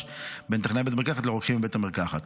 בין טכנאי בית מרקחת לרוקחים בבית המרקחת.